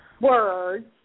words